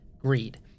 greed